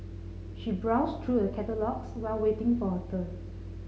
she browsed through the catalogues while waiting for her turn